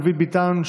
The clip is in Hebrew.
דוד ביטן,